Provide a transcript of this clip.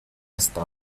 hasta